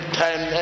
time